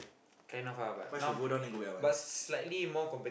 kind of lah but now but slightly more compe~